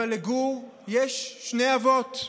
אבל לגור יש שני אבות.